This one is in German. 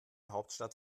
hauptstadt